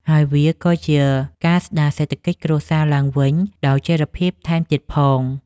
ហើយវាក៏ជាការស្តារសេដ្ឋកិច្ចគ្រួសារឡើងវិញដោយចីរភាពថែមទៀតផង។